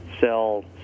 sell